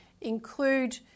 include